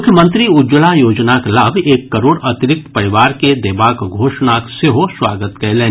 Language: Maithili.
मुख्यमंत्री उज्ज्वला योजनाक लाभ एक करोड़ अतिरिक्त परिवार के देबाक घोषणाक सेहो स्वागत कयलनि